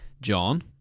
John